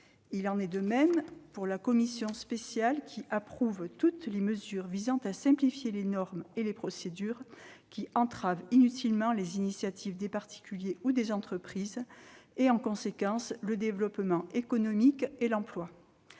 Il en est de même de la commission spéciale : elle approuve toutes les mesures ayant pour objet de simplifier les normes et les procédures qui entravent inutilement les initiatives des particuliers ou des entreprises, et en conséquence le développement économique et l'emploi.